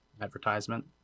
advertisement